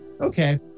Okay